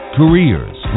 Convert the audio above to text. careers